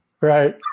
Right